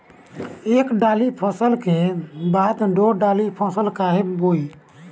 एक दाली फसल के बाद दो डाली फसल काहे बोई?